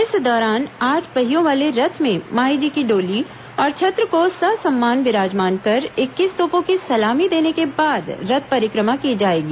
इस दौरान आठ पहियों वाले रथ में माईजी की डोली और छत्र को ससम्मान विराजमान कर इक्कीस तोपों की सलामी देने के बाद रथ परिक्रमा की जाएगी